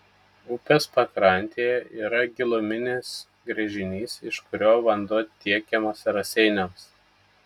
upės pakrantėje yra giluminis gręžinys iš kurio vanduo tiekiamas raseiniams